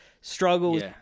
struggles